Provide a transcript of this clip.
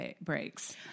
breaks